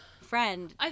friend